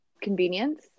convenience